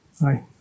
Hi